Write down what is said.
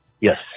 yes